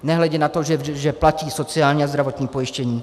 Nehledě na to, že platí sociální a zdravotní pojištění.